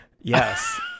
Yes